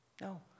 no